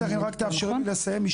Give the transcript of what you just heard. ברשותך, אם רק תאפשרי לי לסיים משפט.